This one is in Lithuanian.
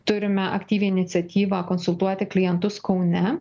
turime aktyvią iniciatyvą konsultuoti klientus kaune